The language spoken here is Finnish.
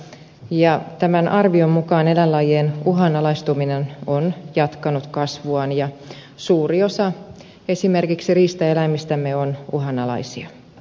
ja tämän arvion mukaan eläinlajien uhanalaistuminen on jatkanut kasvuaan ja esimerkiksi suuri osa riistaeläimistämme on uhanalaisia